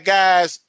guys